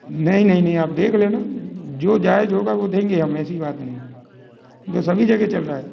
नहीं नहीं नहीं आप देख लेना जो जाएज़ होगा वो देंगे हम ऐसी बात नहीं जो सभी जगह चल रहा है